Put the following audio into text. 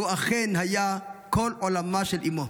והוא אכן היה כל עולמה של אימו.